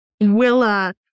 Willa